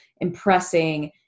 impressing